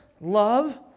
love